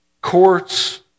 courts